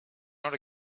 not